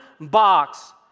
box